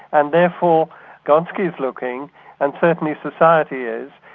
and therefore gonski's looking and certainly society is,